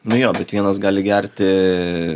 nu jo bet vienas gali gerti